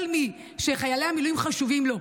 כל מי שחיילי המילואים חשובים לו,